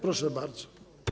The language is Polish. Proszę bardzo.